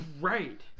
right